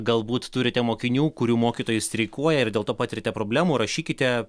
galbūt turite mokinių kurių mokytojai streikuoja ir dėl to patiriate problemų rašykite